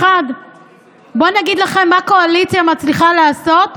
1. בואו אני אגיד לכם מה קואליציה מצליחה לעשות.